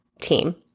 team